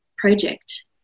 project